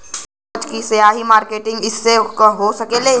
आपन उपज क सही मार्केटिंग कइसे हो सकेला?